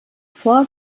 vor